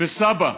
על סבא,